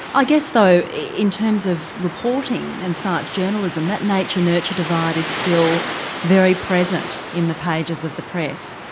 i guess though in terms of reporting and science journalism, that natur-nurture divide is still very present in the pages of the press.